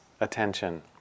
attention